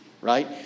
Right